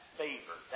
favor